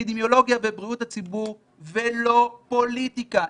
באפידמיולוגיה ובריאות הציבור ולא פוליטיקה.